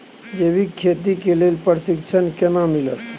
जैविक खेती के लेल प्रशिक्षण केना मिलत?